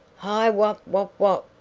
hi wup wup wup!